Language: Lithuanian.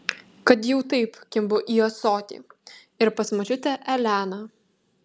kad jau taip kimbu į ąsotį ir pas močiutę eleną